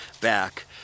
back